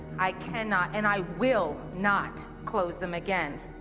i cannot and i will not close them again.